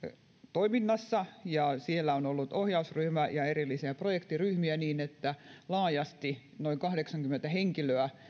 toiminnassa ja siellä on ollut ohjausryhmä ja erillisiä projektiryhmiä niin että laajasti noin kahdeksankymmentä henkilöä